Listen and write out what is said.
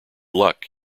luck